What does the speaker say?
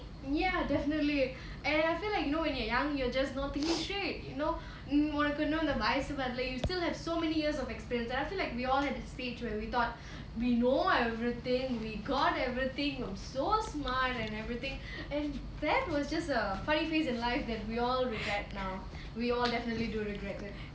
ya definitely and I feel like you know when you're young you're just not thinking straight you know உனக்கு இன்னும் அந்த வயசு வரல:unakku innum andha vayasu varala you still have so many years of experience and I feel like we all have that stage where we thought we know everything we got everything we are so smart and everything and that was just a funny phase in life that we all regret now we all definitely do regret it